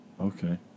Okay